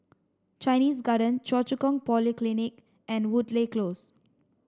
Chinese Garden Choa Chu Kang Polyclinic and Woodleigh Close